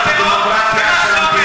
אתה מרעיל את בארות הדמוקרטיה של המדינה.